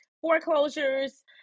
foreclosures